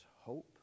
hope